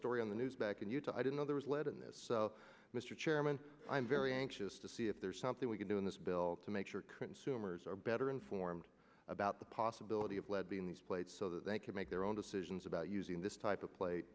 story on the news back in you to i didn't know there was lead in this so mr chairman i'm very anxious to see if there's something we can do in this bill to make sure consumers are better informed about the possibility of well being these plates so that they can make their own decisions about using this type of pla